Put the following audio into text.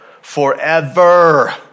Forever